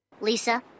Lisa